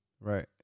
right